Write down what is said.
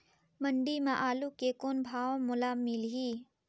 मंडी म आलू के कौन भाव मोल मिलही?